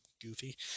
goofy